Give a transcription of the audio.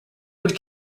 would